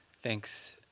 thanks.